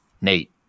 Nate